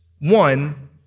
One